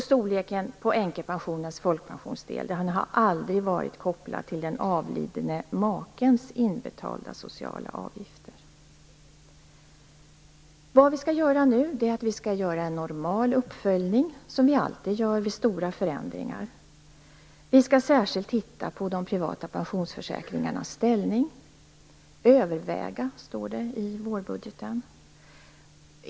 Storleken på änkepensionens folkpensionsdel har aldrig varit kopplad till den avlidne makens inbetalda sociala avgifter. Vi skall nu göra en normal uppföljning, som vi alltid gör vid stora förändringar. Vi skall särskilt titta på de privata pensionsförsäkringarnas ställning. Överväga, står det i vårbudgeten.